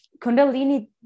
kundalini